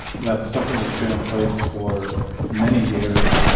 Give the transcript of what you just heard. that's something that's been in place for many years.